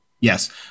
Yes